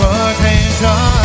attention